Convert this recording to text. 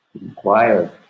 Inquire